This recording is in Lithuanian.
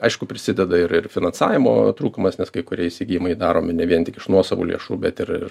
aišku prisideda ir ir finansavimo trūkumas nes kai kurie įsigijimai daromi ne vien tik iš nuosavų lėšų bet ir ir